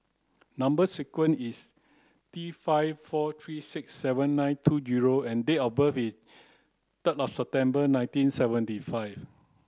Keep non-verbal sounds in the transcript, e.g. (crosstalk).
number sequence is T five four three six seven nine two zero and date of birth is (unintelligible) September nineteen seventy five